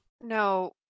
No